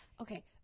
okay